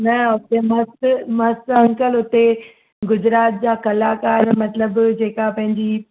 न हुते मस्तु मस्तु अंकल हुते गुजरात जा कलाकार मतिलब जेका पंहिंजी